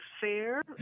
fair